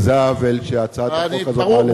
וזה העוול שהצעת החוק הזאת באה לתקן.